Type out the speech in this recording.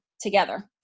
together